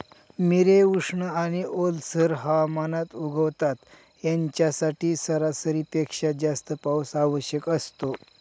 मिरे उष्ण आणि ओलसर हवामानात उगवतात, यांच्यासाठी सरासरीपेक्षा जास्त पाऊस आवश्यक असतो